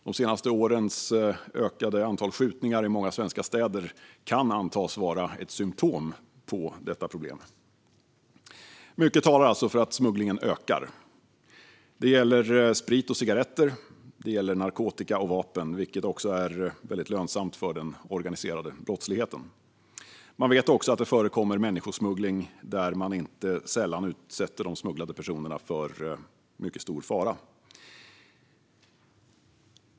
De senaste årens ökade antal skjutningar i många svenska städer kan antas vara ett symtom på detta problem. Mycket talar alltså för att smugglingen ökar. Det gäller sprit och cigaretter samt narkotika och vapen, vilket är lönsamt för den organiserade brottsligheten. Vi vet också att det förekommer människosmuggling, där man inte sällan utsätter de smugglade personerna för mycket stor fara.